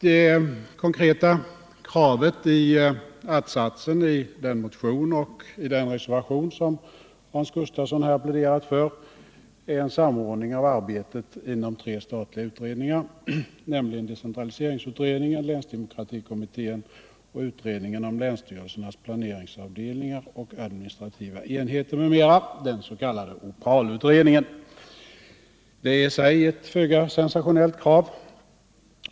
Det konkreta kravet i att-satsen i den motion och i den reservation, som Hans Gustafsson här pläderat för, är en samordning av arbetet inom tre statliga utredningar, nämligen decentraliseringsutredningen, länsdemokratikommittén och utredningen om länsstyrelsernas planeringsavdelnirigar och Det är i sig ett föga sensationellt krav.